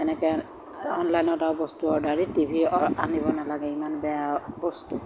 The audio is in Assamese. এনেকৈ অনলাইনত আৰু বস্তু অৰ্ডাৰ দি টিভি আনিব নালাগে ইমান বেয়া বস্তু